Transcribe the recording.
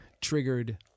Triggered